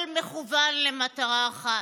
הכול מכוון למטרה אחת: